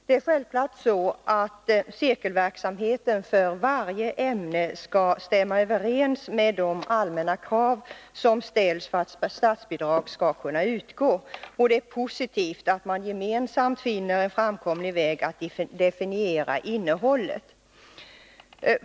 Det är självfallet så att cirkelverksamheten för varje ämne skall stämma överens med de allmänna krav som ställs för att statsbidrag skall kunna utgå, och det är positivt att man gemensamt finner en framkomlig väg att definiera innehållet.